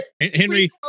Henry